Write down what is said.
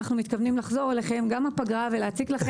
אנו מתכוונים לחזור אליכם גם בפגרה ולהציק לכם.